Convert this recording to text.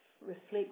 reflect